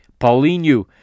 Paulinho